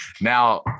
Now